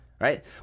Right